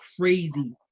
crazy